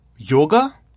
yoga